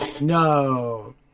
No